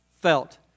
felt